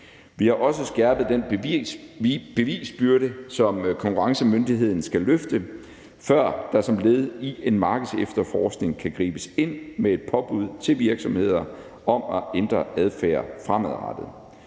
Vi har også skærpet den bevisbyrde, som konkurrencemyndigheden skal løfte, før der som led i en markedsefterforskning kan gribes ind med et påbud til virksomheder om at ændre adfærd fremadrettet.